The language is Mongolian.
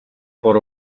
бор